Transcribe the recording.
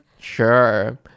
Sure